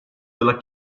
della